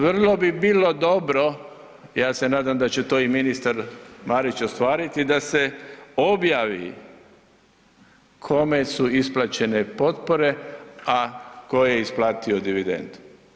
Vrlo bi bilo dobro, ja se nadam da će to i ministar Marić ostvariti, da se objavi kome su isplaćene potpore, a ko je isplatio dividendu.